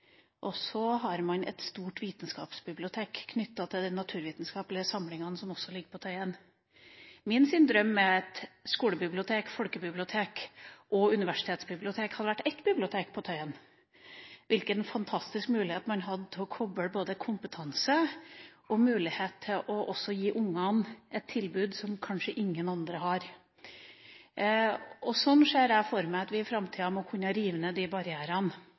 og så har man et stort vitenskapsbibliotek knyttet til de naturvitenskaplige samlingene som også ligger på Tøyen. Min drøm er at skolebibliotek, folkebibliotek og universitetsbibliotek hadde vært ett bibliotek på Tøyen. Hvilken fantastisk mulighet man da ville hatt til både å koble kompetanse og gi ungene et tilbud som kanskje ingen andre har! Og slik ser jeg for meg at vi i framtida må kunne rive ned disse barrierene.